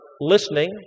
listening